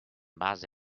base